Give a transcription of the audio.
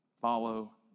Follow